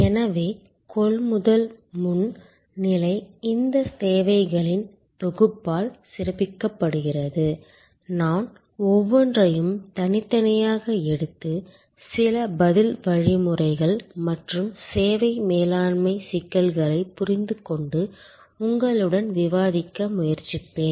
எனவே கொள்முதல் முன் நிலை இந்த தேவைகளின் தொகுப்பால் சிறப்பிக்கப்படுகிறது நான் ஒவ்வொன்றையும் தனித்தனியாக எடுத்து சில பதில் வழிமுறைகள் மற்றும் சேவை மேலாண்மை சிக்கல்களைப் புரிந்துகொண்டு உங்களுடன் விவாதிக்க முயற்சிப்பேன்